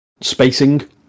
spacing